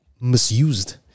misused